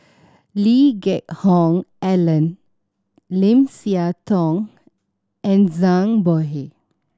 Lee Geck Hoon Ellen Lim Siah Tong and Zhang Bohe